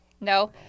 No